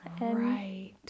Right